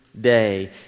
day